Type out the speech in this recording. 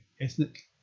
ethnic